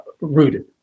rooted